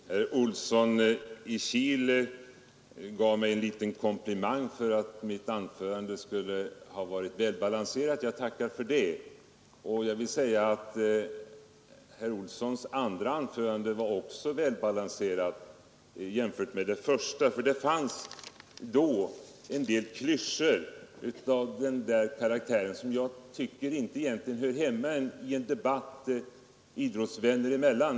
Fru talman! Herr Olsson i Kil gav mig en lite komplimang för att mitt anförande var välbalanserat. Jag tackar för den komplimangen och vill samtidigt säga att herr Olssons andra anförande också var välbalanserat i motsats till det första. I det fanns nämligen en del klyschor som jag inte tycker hör hemma i en debatt idrottsvänner emellan.